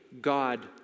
God